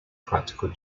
practical